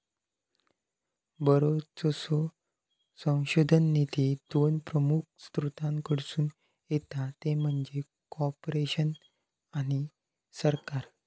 बरोचसो संशोधन निधी दोन प्रमुख स्त्रोतांकडसून येता ते म्हणजे कॉर्पोरेशन आणि सरकार